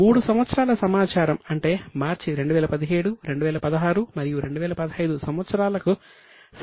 3 సంవత్సరాల సమాచారం అంటే మార్చి 2017 2016 మరియు 2015 సంవత్సరాలకు సంబంధించి సమాచారం మీకు ఇవ్వబడింది